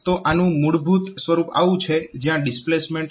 તો આનું મૂળભૂત સ્વરૂપ આવું છે જ્યાં ડિસ્પ્લેસમેન્ટ નથી